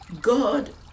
God